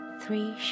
three